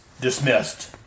dismissed